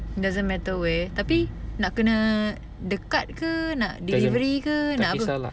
mm tak kisah lah